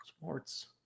sports